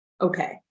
okay